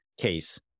case